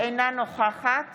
אינה נוכחת